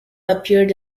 appeared